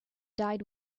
died